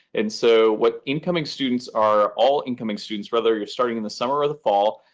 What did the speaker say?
and so what incoming students are all incoming students whether you're starting in the summer or the fall,